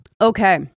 Okay